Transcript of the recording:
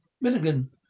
Milligan